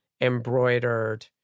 embroidered